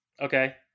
Okay